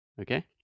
Okay